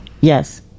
Yes